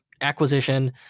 acquisition